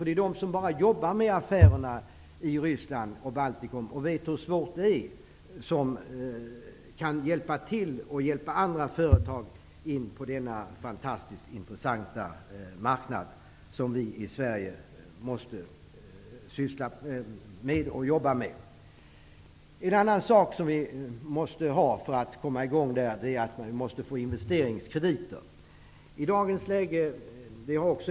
Det är bara de som jobbar med affärer i Ryssland och Baltikum och vet hur svårt det är som kan hjälpa andra företag in på den fantastiskt intressanta marknad som vi i Sverige måste arbeta med. Vi måste också ha investeringskrediter för att komma i gång på den marknaden.